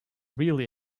really